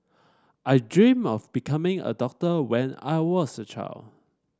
I dreamt of becoming a doctor when I was a child